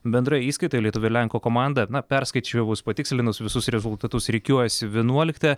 bendroje įskaitoje lietuvio ir lenko komanda na perskaičiavus patikslinus visus rezultatus rikiuojasi vienuolikta